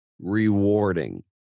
rewarding